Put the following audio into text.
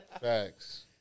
Facts